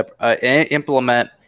implement